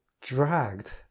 dragged